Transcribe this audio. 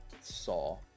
saw